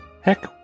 heck